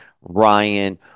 Ryan